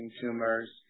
tumors